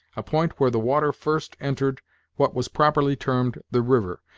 a point where the water first entered what was properly termed the river,